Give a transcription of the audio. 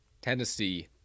Tennessee